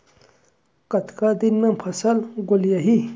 कतका दिन म फसल गोलियाही?